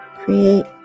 create